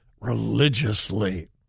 religiously